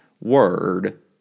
word